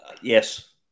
Yes